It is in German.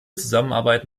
zusammenarbeit